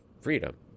freedom